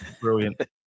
Brilliant